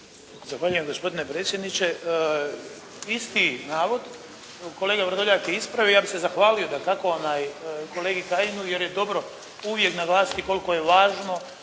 Zahvaljujem gospodine predsjedniče. Isti navod kolega Vrdoljak je ispravio. Ja bih se zahvalio kolegi Kajinu jer je dobro uvijek naglasiti koliko je važno